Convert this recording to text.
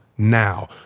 Now